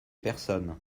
personnes